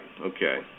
Okay